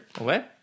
okay